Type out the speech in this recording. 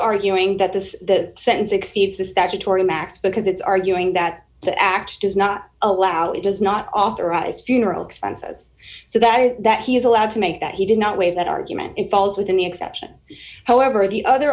arguing that the sentence exceeds the statutory max because it's arguing that the act does not allow it does not authorize funeral expenses so that it that he is allowed to make that he did not weigh that argument it falls within the exception however of the other